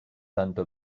tanto